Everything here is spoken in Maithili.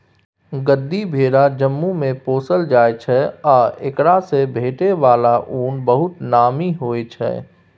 गद्दी भेरा जम्मूमे पोसल जाइ छै आ एकरासँ भेटै बला उन बहुत नामी होइ छै